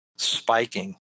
Spiking